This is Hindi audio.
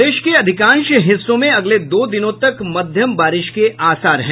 प्रदेश के अधिकांश हिस्सों में अगले दो दिनों तक मध्यम बारिश के आसार हैं